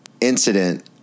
incident